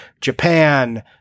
Japan